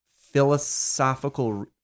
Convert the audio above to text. Philosophical